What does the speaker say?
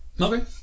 Okay